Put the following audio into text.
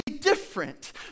different